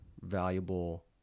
valuable